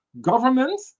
government